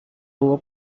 hubo